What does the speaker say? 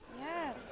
Yes